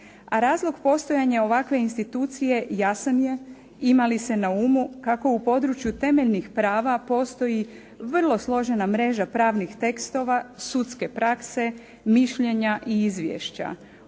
A razlog postojanja ovakve institucije jasan je ima li se na umu kako u području temeljnih prava postoji vrlo složena mreža pravnih tekstova, sudske prakse, mišljenja i izvješća.